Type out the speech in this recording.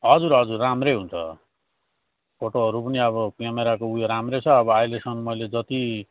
हजुर हजुर राम्रै हुन्छ फोटोहरू पनि अब क्यामेराको उयो राम्रै छ अब अहिलेसम्म मैले जति